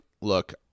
look